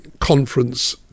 conference